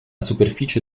superficie